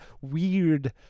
Weird